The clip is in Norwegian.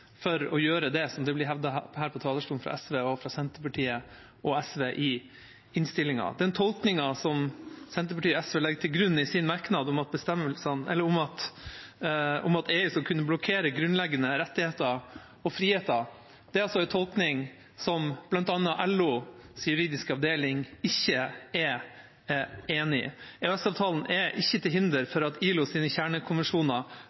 for å gjøre det, som det blir hevdet fra SV her fra talerstolen og fra Senterpartiet og SV i innstillinga. Den tolkningen Senterpartiet og SV legger til grunn om at EU skal kunne blokkere grunnleggende rettigheter og friheter, er en tolkning som bl.a. LOs juridiske avdeling ikke er enig i. EØS-avtalen er ikke til hinder